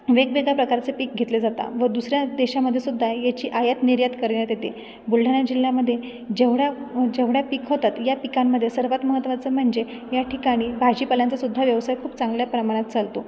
वेगवेगळ्या प्रकारचे पिकं घेतले जातात व दुसऱ्या देशामध्ये सुद्धा याची आयात निर्यात करण्यात येते बुलढाणा जिल्ह्यामध्ये जेवढाव जेवढा पिकं होतात या पिकांमध्ये सर्वात महत्त्वाचं म्हणजे या ठिकाणी भाजीपाल्यांचा सुद्धा व्यवसाय खूप चांगल्या प्रमाणात चालतो